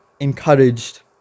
encouraged